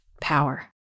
power